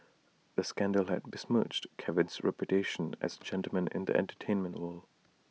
the scandal had besmirched Kevin's reputation as gentleman in the entertainment world